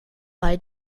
bei